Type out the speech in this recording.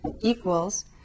equals